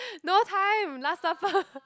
no time last supper